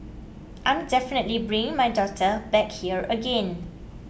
I'm definitely bringing my daughter back here again